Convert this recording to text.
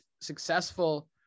successful